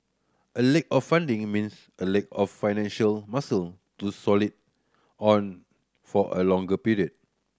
a lack of funding in means a lack of financial muscle to solid on for a longer period